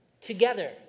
together